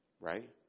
Right